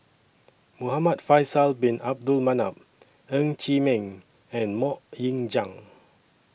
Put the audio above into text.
Muhamad Faisal Bin Abdul Manap Ng Chee Meng and Mok Ying Jang